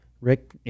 Rick